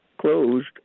closed